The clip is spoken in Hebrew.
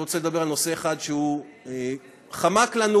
אני רוצה לדבר על נושא אחד שחמק לנו,